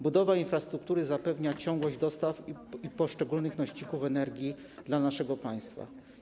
Budowa infrastruktury zapewnia ciągłość dostaw i poszczególnych nośników energii dla naszego państwa.